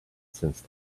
since